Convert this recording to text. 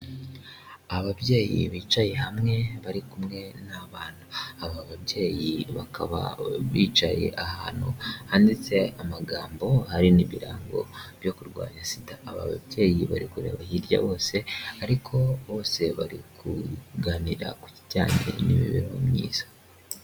Ababyeyi bicaye hamwe bari kumwe n'abana. Aba babyeyi bakaba bicaye ahantu handitse amagambo hari n'ibirango byo kurwanya SIDA. Ababyeyi bari kureba hirya bose ariko bose bari kuganira ku kijyanye n'imibereho myiza.